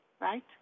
right